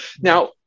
Now